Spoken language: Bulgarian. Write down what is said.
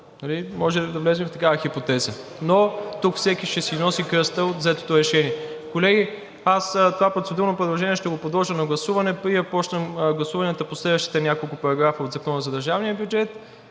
може да влезем в такава хипотеза. Но тук всеки ще си носи кръста от взетото решение. Колеги, аз това процедурно предложение ще го подложа на гласуване, преди да започнем гласуванията по следващите няколко параграфа от Закона за държавния бюджет,